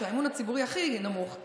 אמון הציבור בנו הוא הכי נמוך,